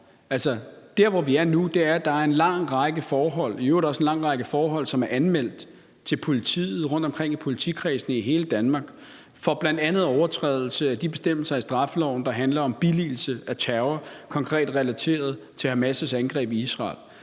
forhold – i øvrigt også en lang række forhold, som er anmeldt til politiet rundtomkring i politikredsene i hele Danmark – for bl.a. overtrædelse af de bestemmelser i straffeloven, der handler om billigelse af terror konkret relateret til Hamas' angreb i Israel.